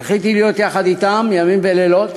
זכיתי להיות יחד אתם ימים ולילות.